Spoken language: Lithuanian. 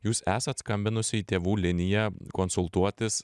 jūs esat skambinusi į tėvų liniją konsultuotis